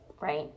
right